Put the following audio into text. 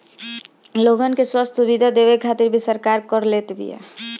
लोगन के स्वस्थ्य सुविधा देवे खातिर भी सरकार कर लेत बिया